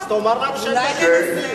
אז תאמר לנו שאתם מנסים.